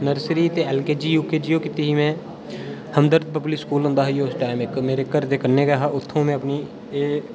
nursery ते L K G U K G ओह् कीती ही में हमदर्द पब्लिक स्कूल होंदा हा जी उस टैम इक मेरे घरै दे कन्ने गै हा उत्थुआं में अपनी एह्